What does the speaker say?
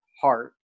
heart